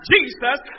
Jesus